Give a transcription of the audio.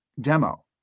demo